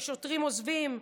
ששוטרים עוזבים,